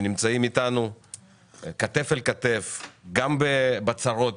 שנמצאים אתנו כתף אל כתף גם בצרות